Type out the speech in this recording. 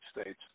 States